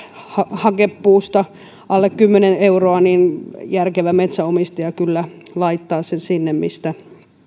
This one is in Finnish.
hakepuusta alle kymmenen euroa niin järkevä metsänomistaja kyllä laittaa puun sinne mistä